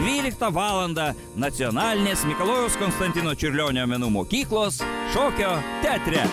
dvyliktą valandą nacionalinės mikalojaus konstantino čiurlionio menų mokyklos šokio teatre